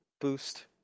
boost